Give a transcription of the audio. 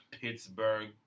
Pittsburgh